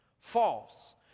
False